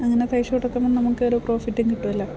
അങ്ങനെ തയ്ച്ചുകൊടുക്കുമ്പം നമുക്കൊരു പ്രോഫിറ്റും കിട്ടുമല്ലോ